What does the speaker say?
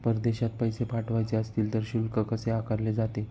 परदेशात पैसे पाठवायचे असतील तर शुल्क कसे आकारले जाते?